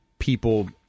People